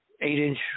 eight-inch